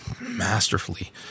masterfully